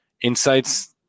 insights